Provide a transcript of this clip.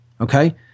Okay